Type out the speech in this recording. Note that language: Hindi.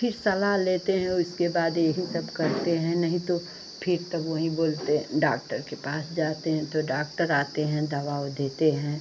तो फिर सलाह लेते हैं उस के बाद यही सब करते हैं नहीं तो फिर तो वहीं बोलते डाक्टर के पास जाते हैं फिर डाक्टर आते हैं दवा वो देते हैं